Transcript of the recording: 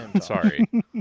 Sorry